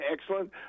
excellent